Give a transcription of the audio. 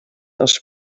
els